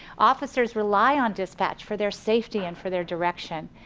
officers rely on dispatch for their safety and for their direction.